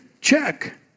check